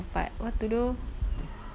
like I would feel so fucking insecure